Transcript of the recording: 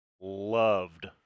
loved